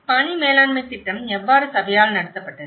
பனி மேலாண்மை திட்டம் எவ்வாறு சபையால் நடத்தப்பட்டது